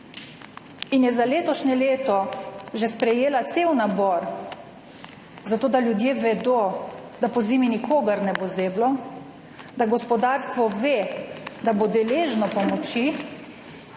in je za letošnje leto že sprejela cel nabor, zato da ljudje vedo, da pozimi nikogar ne bo zeblo, da gospodarstvo ve, da bo deležno pomoči